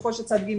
ככול שצד ג',